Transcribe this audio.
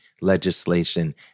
legislation